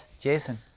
Jason